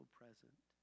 present